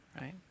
Right